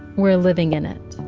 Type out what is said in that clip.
we're living in it